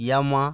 Yamaha